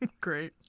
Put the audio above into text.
great